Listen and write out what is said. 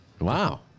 Wow